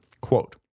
quote